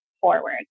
forward